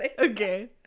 okay